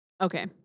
Okay